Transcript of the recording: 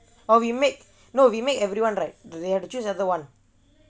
or we make no we make everyone right do they have to choose another one